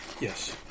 Yes